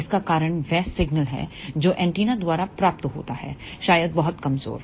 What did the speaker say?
इसका कारण वह सिग्नल है जो एंटीना द्वारा प्राप्त होता है शायद बहुत कमजोर